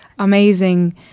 amazing